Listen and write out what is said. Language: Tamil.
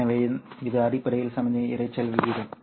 எனவே இது அடிப்படையில் சமிக்ஞை இரைச்சல் விகிதம்